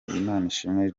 imanishimwe